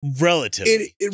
relatively